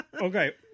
Okay